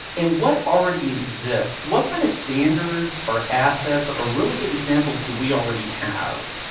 and what already exists? what kind of standards or assets or really good examples do we already have?